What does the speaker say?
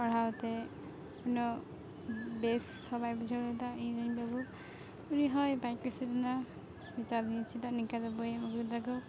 ᱯᱟᱲᱦᱟᱣᱛᱮ ᱩᱱᱟᱹᱜ ᱵᱮᱥᱦᱚᱸ ᱵᱟᱭ ᱵᱩᱡᱷᱟᱹᱣ ᱞᱮᱫᱟ ᱤᱧᱨᱮᱱ ᱵᱟᱹᱵᱩ ᱩᱱᱤᱦᱚᱸᱭ ᱵᱟᱭ ᱠᱩᱥᱤ ᱞᱮᱱᱟ ᱢᱮᱛᱟᱫᱤᱧᱟᱹᱭ ᱪᱮᱫᱟᱜ ᱱᱤᱝᱠᱟᱱᱟᱜ ᱵᱳᱭᱮᱢ ᱟᱹᱜᱩᱠᱮᱫᱟ ᱜᱚ